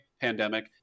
Pandemic